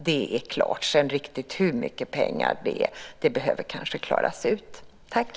Det är klart, men det behöver kanske klaras ut hur mycket pengar det är.